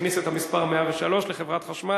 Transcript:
המוכרים לכולנו שנים ארוכות.